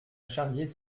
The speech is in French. charriait